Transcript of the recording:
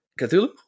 cthulhu